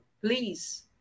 Please